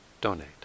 donate